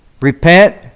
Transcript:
repent